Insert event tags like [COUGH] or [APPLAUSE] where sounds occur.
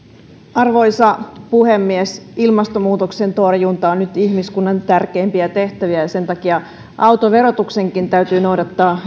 arvoisa puhemies ilmastonmuutoksen torjunta on nyt ihmiskunnan tärkeimpiä tehtäviä ja sen takia autoverotuksenkin täytyy noudattaa [UNINTELLIGIBLE]